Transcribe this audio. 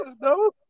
No